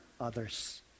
others